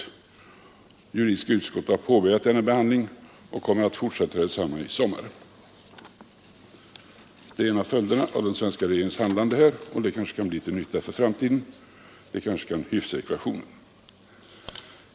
Juridiska utskottet har påbörjat denna behandling och kommer att fortsätta den i sommar, Det är en av följderna av den svenska regeringens handlande, och det kanske kan bli till nytta i framtiden. Det kan inda hyfsa ekvationen.